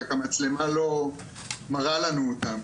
רק המצלמה לא מראה לנו אותם.